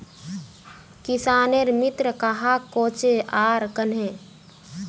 किसानेर मित्र कहाक कोहचे आर कन्हे?